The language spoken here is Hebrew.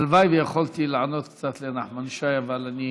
הלוואי שיכולתי לענות קצת לנחמן שי, אבל אני